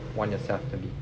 want yourself to be